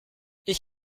ich